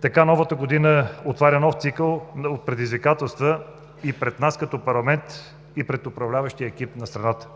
Така новата година отваря нов цикъл от предизвикателства и пред нас като парламент, и пред управляващия екип на страната.